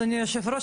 אדוני היושב-ראש,